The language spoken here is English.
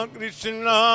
Krishna